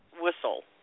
Whistle